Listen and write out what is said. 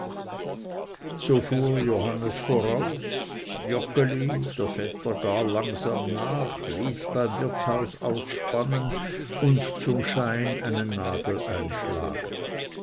so fuhr johannes voraus joggeli der vetter gar langsam nach ließ beim wirtshaus ausspannen und zum schein einen nagel einschlagen